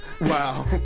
wow